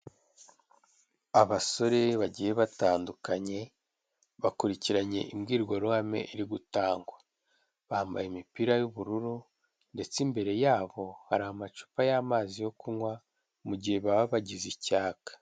Abasore bagiye batandukanye bakurikiranye imbwirwaruhame iri gutangwa, bambaye imipira y'ubururu ndetse imbere yabo hari amacupa y'amazi yo kunywa mu gihe baba bagize icyaka.